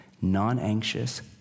non-anxious